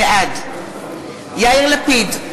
בעד יאיר לפיד,